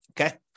Okay